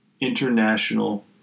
international